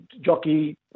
jockey